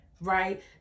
right